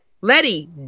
Letty